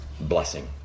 blessing